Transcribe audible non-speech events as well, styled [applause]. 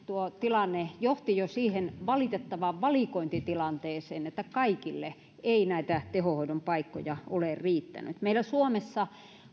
[unintelligible] tuo tilanne johti jo siihen valitettavaan valikointitilanteeseen että kaikille ei näitä tehohoidon paikkoja ole riittänyt meillä suomessa